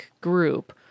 group